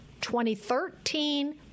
2013